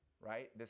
right